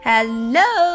Hello